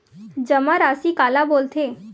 जमा राशि काला बोलथे?